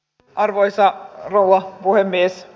arvoisa rouva puhemies